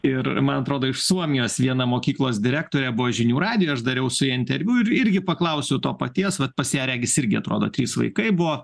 ir man atrodo iš suomijos viena mokyklos direktorė buvo žinių radijuj aš dariau su ja interviu ir irgi paklausiau to paties vat pas ją regis irgi atrodo trys vaikai buvo